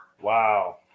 Wow